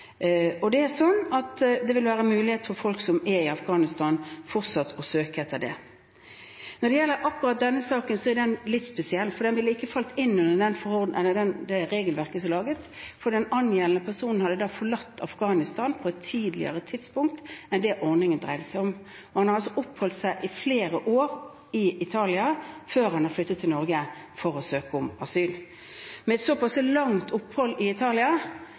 og det er sånn at det vil være mulighet for folk som er i Afghanistan, til fortsatt å søke etter det. Når det gjelder akkurat denne saken, er den litt spesiell, for den ville ikke falt inn under det regelverket som er laget. Den angjeldende personen hadde da forlatt Afghanistan på et tidligere tidspunkt enn det ordningen dreide seg om, og han oppholdt seg i flere år i Italia før han flyttet til Norge for å søke om asyl. Med et såpass langt opphold i Italia